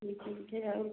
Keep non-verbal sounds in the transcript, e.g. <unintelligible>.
<unintelligible> और